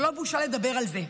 זו לא בושה לדבר על זה,